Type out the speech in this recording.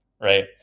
right